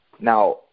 Now